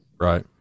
Right